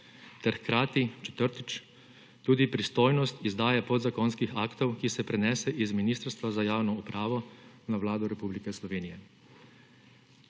ter hkrati, četrtič, tudi pristojnost izdaje podzakonskih aktov, ki se prenese iz Ministrstva za javno upravo na Vlado Republike Slovenije.